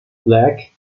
black